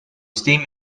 steam